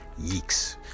Yeeks